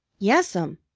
yes'm,